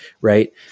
Right